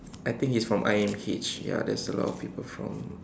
I think he's from I_M_H ya there's a lot of people from